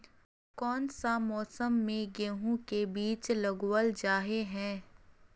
कोन सा मौसम में गेंहू के बीज लगावल जाय है